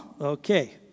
Okay